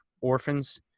orphans